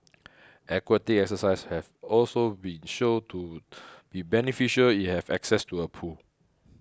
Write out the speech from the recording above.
aquatic exercises have also been shown to be beneficial if you have access to a pool